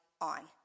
on